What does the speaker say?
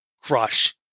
crush